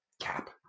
Cap